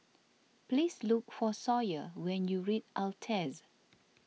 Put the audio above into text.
please look for Sawyer when you reach Altez